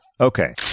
Okay